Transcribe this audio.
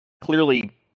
clearly